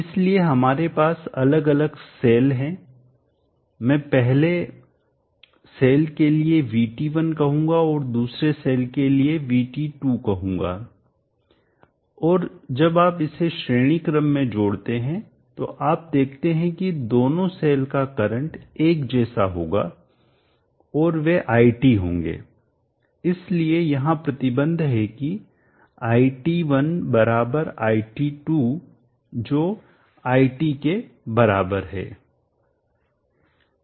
इसलिए हमारे पास अलग अलग सेल है मैं पहले सेल के लिए VT1 कहूंगा और दूसरे सेल के लिए VT2 कहूंगा और जब आप इसे श्रेणी क्रम में जोड़ते हैं तो आप देखते हैं कि दोनों सेल का करंट एक जैसा होगा और वे iT होंगे इसलिए यहाँ प्रतिबंध है कि iT1 iT2 जो iT के बराबर है